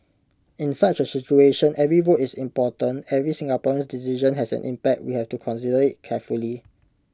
in such A situation every vote is important every Singaporean's decision has an impact we have to consider IT carefully